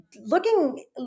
looking